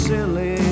Silly